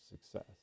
success